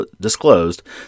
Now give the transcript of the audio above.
disclosed